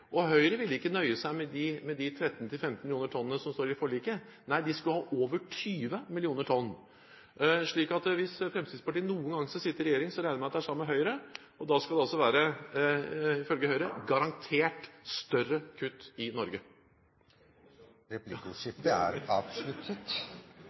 Høyre vil ikke nøye seg med de 13–15 millioner tonnene som står i forliket. Nei, de skal ha over 20 millioner tonn. Hvis Fremskrittspartiet noen gang skal sitte i regjering, regner jeg med at det er sammen med Høyre. Da skal det altså være, ifølge Høyre, garantert større kutt i